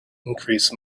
increase